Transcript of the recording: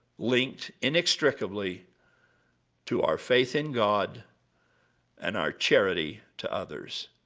linked inextricably to our faith in god and our charity to others.